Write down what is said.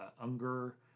Unger